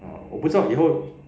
我不知道以后